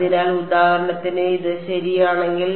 അതിനാൽ ഉദാഹരണത്തിന് ഇത് ശരിയാണെങ്കിൽ